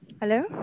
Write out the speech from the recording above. Hello